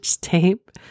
tape